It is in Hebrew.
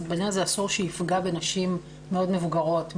בעניין הזה אסור שיפגע בנשים מאוד מבוגרות,